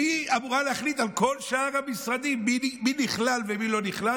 והיא אמורה להחליט על כל שאר המשרדים מי נכלל ומי לא נכלל?